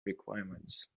requirements